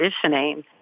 conditioning